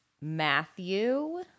Matthew